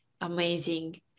Amazing